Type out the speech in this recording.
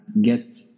get